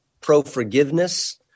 pro-forgiveness